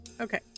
Okay